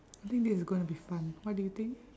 I think this is gonna be fun what do you think